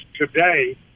today